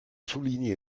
souligner